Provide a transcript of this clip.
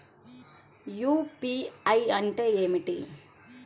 UPI అంటే ఏమిటీ?